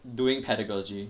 doing pedagogy